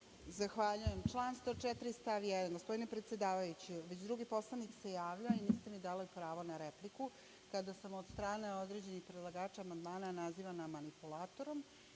Zahvaljujem. Član 104. stav 1. Gospodine predsedavajući, već drugi poslanik se javlja i niste mi dali pravo na repliku, kada sam od strane određenih predlagača amandmana nazivana manipulatorom